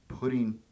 putting